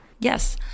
Yes